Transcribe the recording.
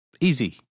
Easy